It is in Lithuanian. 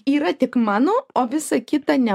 yra tik mano o visa kita ne